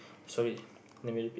sorry let me repeat